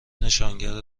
نشانگر